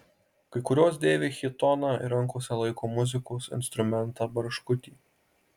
kai kurios dėvi chitoną ir rankose laiko muzikos instrumentą barškutį